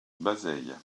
bazeilles